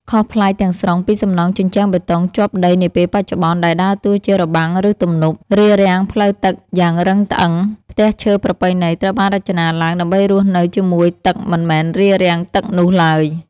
ខុសប្លែកទាំងស្រុងពីសំណង់ជញ្ជាំងបេតុងជាប់ដីនាពេលបច្ចុប្បន្ន ដែលដើរតួជា របាំង ឬទំនប់ រារាំងផ្លូវទឹកយ៉ាងរឹងត្អឹង ផ្ទះឈើប្រពៃណីត្រូវបានរចនាឡើងដើម្បីរស់នៅជាមួយទឹកមិនមែនរារាំងទឹកនោះឡើយ។